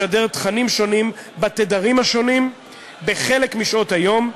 לשדר תכנים שונים בתדרים השונים בחלק משעות היום,